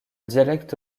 dialecte